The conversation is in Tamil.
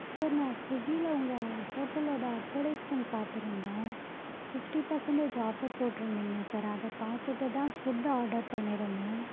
சார் நான் ஸ்விகியில் உங்கள் ஹோட்டலோடய அட்வர்டைஸ்மண்ட் பாத்திருந்தேன் ஃபிஃப்ட்டி பர்சண்டேஜ் ஆஃபர் போட்டிருந்தீங்க சார் அதை பார்த்துட்டு தான் ஃபுட்டு ஆர்டர் பண்ணியிருந்தேன்